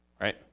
right